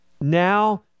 Now